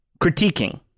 Critiquing